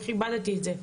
וכיבדתי את זה,